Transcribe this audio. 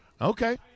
Okay